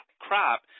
crop